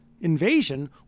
invasion